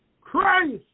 Christ